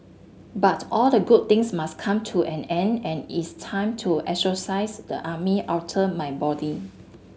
but all the good things must come to an end and it's time to exorcise the army outta my body